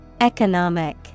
Economic